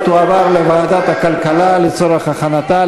ותועבר לוועדת הכלכלה לצורך הכנתה